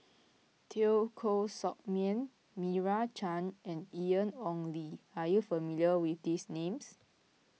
Teo Koh Sock Miang Meira Chand and Ian Ong Li are you familiar with these names